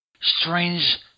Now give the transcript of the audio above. strange